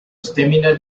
stamina